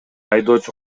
айдоочу